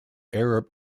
arab